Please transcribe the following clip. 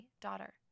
daughter